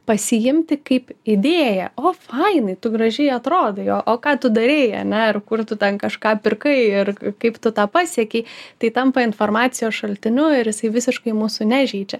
pasiimti kaip idėją o fainai tu gražiai atrodai o ką tu darei ane ar kur tu ten kažką pirkai ir kaip tu tą pasiekei tai tampa informacijos šaltiniu ir jisai visiškai mūsų nežeidžia